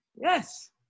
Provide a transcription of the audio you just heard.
Yes